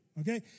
okay